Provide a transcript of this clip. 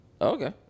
Okay